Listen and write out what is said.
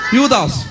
Yudas